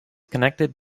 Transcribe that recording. connected